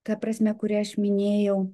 ta prasme kuria aš minėjau